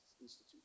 Institute